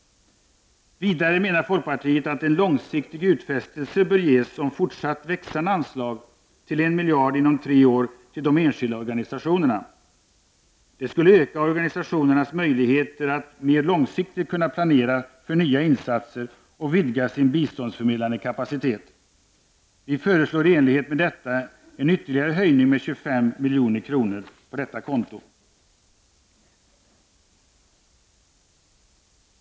Vidare menar folkpartiet att en långsiktig utfästelse bör ges om fortsatt växande anslag till 1 miljard inom tre år till de enskilda organisationerna. Det skulle öka organisationernas möjligheter att mer långsiktigt kunna planera för nya insatser och vidga sin biståndsförmedlande kapacitet. Vi föreslår i enlighet med detta en ytterligare höjning med 25 milj.kr. på detta konto.